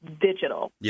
digital